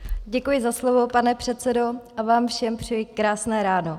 Děkuji za slovo, pane předsedo, a vám všem přeji krásné ráno.